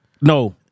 No